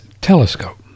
telescope